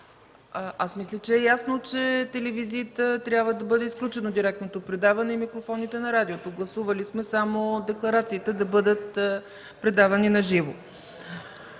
Аз мисля, че е ясно, че трябва да бъде изключено директното предаване по телевизията и микрофоните на радиото. Гласували сме само декларациите да бъдат предавани на живо.